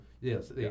Yes